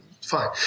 fine